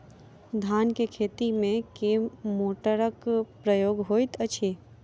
धान केँ खेती मे केँ मोटरक प्रयोग होइत अछि?